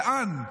לאן,